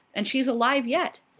and she's alive yet!